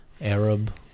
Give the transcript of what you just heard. Arab